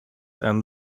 and